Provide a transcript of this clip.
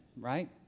right